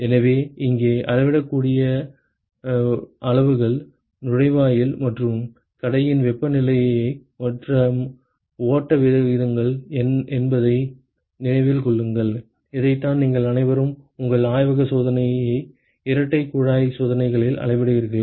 எனவே இங்கே அளவிடக்கூடிய அளவுகள் நுழைவாயில் மற்றும் கடையின் வெப்பநிலை மற்றும் ஓட்ட விகிதங்கள் என்பதை நினைவில் கொள்ளுங்கள் இதைத்தான் நீங்கள் அனைவரும் உங்கள் ஆய்வக சோதனை இரட்டை குழாய் சோதனைகளில் அளவிடுகிறீர்கள்